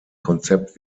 konzept